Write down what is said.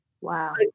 Wow